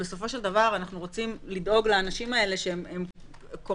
בסופו של דבר אנחנו רוצים לדאוג לאנשים האלה שהם קורבנות,